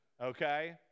okay